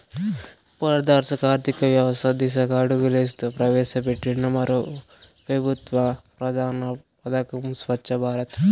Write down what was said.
పారదర్శక ఆర్థికవ్యవస్త దిశగా అడుగులేస్తూ ప్రవేశపెట్టిన మరో పెబుత్వ ప్రధాన పదకం స్వచ్ఛ భారత్